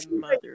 mother